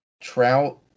Trout